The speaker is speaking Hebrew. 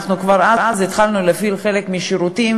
אנחנו כבר אז התחלנו להפעיל חלק מהשירותים,